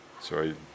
Sorry